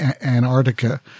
Antarctica